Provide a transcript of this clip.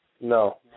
No